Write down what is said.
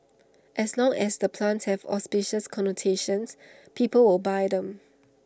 as long as the plants have auspicious connotations people will buy them